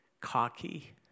cocky